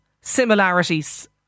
similarities